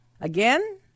Again